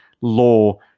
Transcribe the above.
law